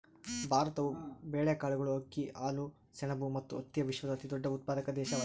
ಭಾರತವು ಬೇಳೆಕಾಳುಗಳು, ಅಕ್ಕಿ, ಹಾಲು, ಸೆಣಬು ಮತ್ತು ಹತ್ತಿಯ ವಿಶ್ವದ ಅತಿದೊಡ್ಡ ಉತ್ಪಾದಕ ದೇಶವಾಗಿದೆ